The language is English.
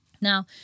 Now